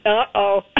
Uh-oh